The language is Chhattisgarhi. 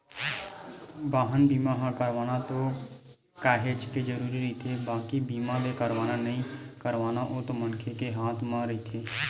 बाहन बीमा ह करवाना तो काहेच के जरुरी रहिथे बाकी बीमा ल करवाना नइ करवाना ओ तो मनखे के हात म रहिथे